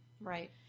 Right